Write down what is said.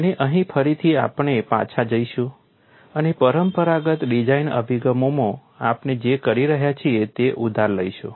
અને અહીં ફરીથી આપણે પાછા જઈશું અને પરંપરાગત ડિઝાઇન અભિગમોમાં આપણે જે કરી રહ્યા છીએ તે ઉધાર લઈશું